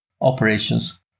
operations